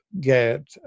get